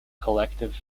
collective